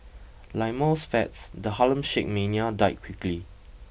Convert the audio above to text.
like most fads the Harlem Shake mania died quickly